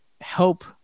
help